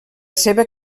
seva